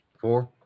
Four